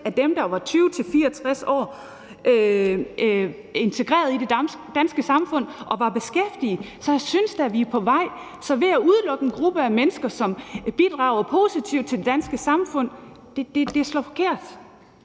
af dem, der var 20-64 år, integreret i det danske samfund og var beskæftiget. Så jeg synes da, vi er på vej. Så det at udelukke en gruppe af mennesker, som bidrager positivt til det danske samfund, rammer forkert.